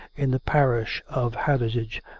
in the parish of hathersage,